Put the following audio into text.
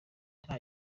nta